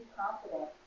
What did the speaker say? confident